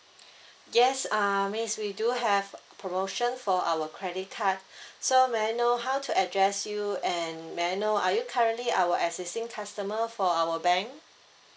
yes uh miss we do have promotion for our credit card so may I know how to address you and may I know are you currently our existing customer for our bank